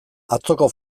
atzoko